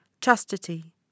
chastity